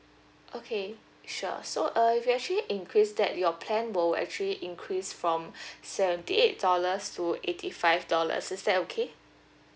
okay sure so uh if you actually increase that your plan will actually increase from seventy eight dollars to eighty five dollars is that okay